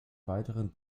weiteren